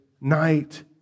night